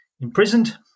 imprisoned